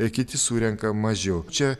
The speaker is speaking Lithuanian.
kiti surenka mažiau čia